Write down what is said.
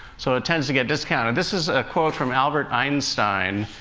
so it tends to get discounted. this is a quote from albert einstein,